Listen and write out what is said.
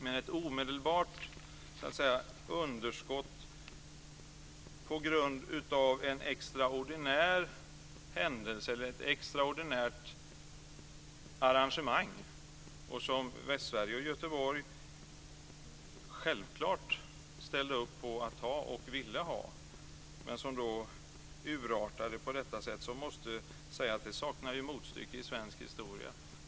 Men detta är ett omedelbart underskott på grund av en extraordinär händelse eller ett extraordinärt arrangemang, som Västsverige och Göteborg självfallet ställde upp på att ha och ville ha, men som urartade på detta sätt. Det saknar motstycke i svensk historia.